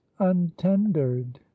untendered